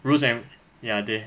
rules and ya they